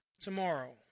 tomorrow